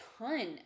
ton